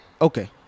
okay